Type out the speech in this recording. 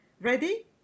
Ready